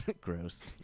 Gross